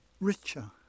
richer